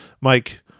Mike